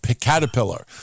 Caterpillar